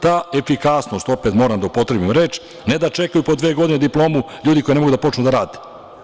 Ta efikasnost, opet moram da upotrebim reč, ne da čekaju po dve godine diplomu ljudi koji ne mogu da počnu da rade.